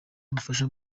ubufasha